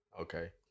Okay